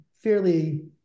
fairly